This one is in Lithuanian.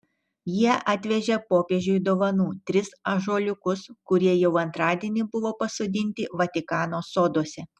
jie atvežė popiežiui dovanų tris ąžuoliukus kurie jau antradienį buvo pasodinti vatikano soduose